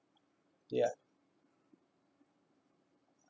ya